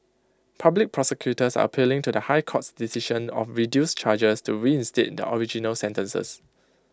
public prosecutors are appealing to the high court's decision of reduced charges to reinstate their original sentences